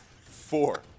four